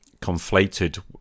conflated